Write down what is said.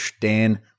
Dan